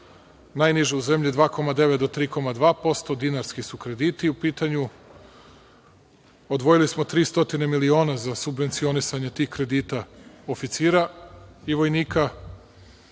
najniža u zemlji, 2,9% do 3,2%, dinarski su krediti u pitanju. Odvojili smo 300 miliona za subvencionisanje tih kredita oficira i vojnika,